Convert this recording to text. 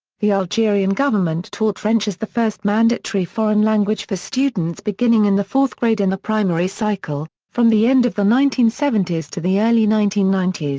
the algerian government taught french as the first mandatory foreign language for students beginning in the fourth grade in the primary cycle, from the end of the nineteen seventy s to the early nineteen ninety